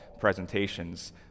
presentations